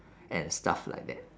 and stuff like that